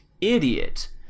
idiot